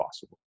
possible